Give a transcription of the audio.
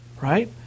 right